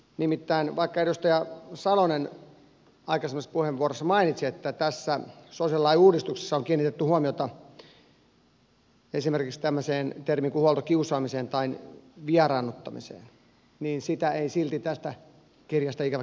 nimittäin vaikka edustaja salonen aikaisemmassa puheenvuorossa mainitsi että tässä sosiaalilain uudistuksessa on kiinnitetty huomiota esimerkiksi tämmöiseen termiin kuin huoltokiusaaminen tai vieraannuttaminen sitä ei silti tästä kirjasta ikävä kyllä löydy